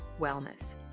wellness